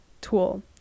tool